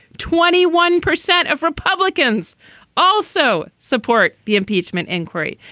twenty one percent of republicans also support the impeachment inquiry.